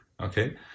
Okay